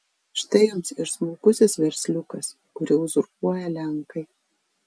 štai jums ir smulkusis versliukas kurį uzurpuoja lenkai